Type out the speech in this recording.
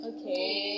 Okay